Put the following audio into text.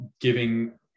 giving